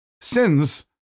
sins